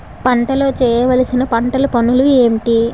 పంటలో చేయవలసిన పంటలు పనులు ఏంటి?